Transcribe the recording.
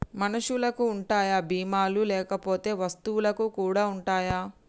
మనుషులకి ఉంటాయా బీమా లు లేకపోతే వస్తువులకు కూడా ఉంటయా?